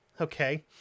Okay